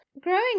Growing